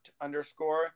underscore